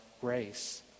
grace